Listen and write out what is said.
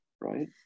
right